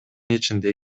ичинде